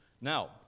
Now